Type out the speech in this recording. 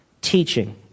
teaching